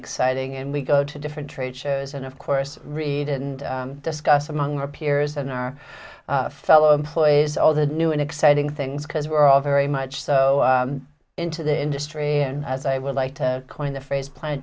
exciting and we go to different trade shows and of course read and discuss among our peers and our fellow employees all the new and exciting things because we're all very much so into the industry and i would like to coin the phrase plant